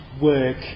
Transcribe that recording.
work